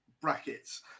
brackets